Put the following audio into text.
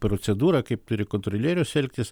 procedūra kaip turi kontrolierius elgtis